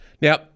Now